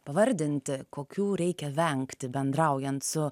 pavardinti kokių reikia vengti bendraujant su